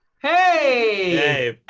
hey!